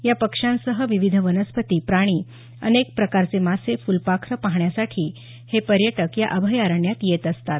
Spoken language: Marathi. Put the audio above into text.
या पक्ष्यांसह विविध वनस्पती प्राणी अनेक प्रकारचे मासे फुलपाखरं पाहण्यासाठी हे पर्यटक या अभयारण्यात येत असतात